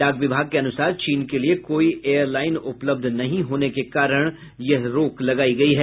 डाक विभाग के अनुसार चीन के लिए कोई एयरलाईन उपलब्ध नहीं होने के कारण यह रोक लगायी गयी है